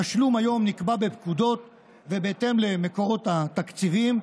התשלום היום נקבע בפקודות ובהתאם למקורות התקציביים,